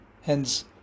hence